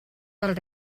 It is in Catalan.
del